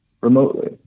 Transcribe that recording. remotely